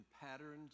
patterns